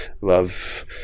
love